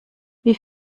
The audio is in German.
wie